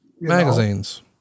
magazines